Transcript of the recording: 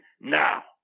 now